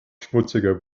schmutziger